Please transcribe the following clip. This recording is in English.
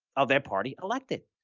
of their party elected.